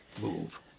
move